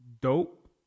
dope